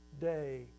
day